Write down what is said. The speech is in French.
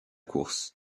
course